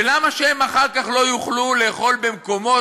ולמה שהם אחר כך לא יוכלו לאכול במקומות